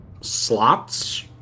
slots